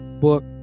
book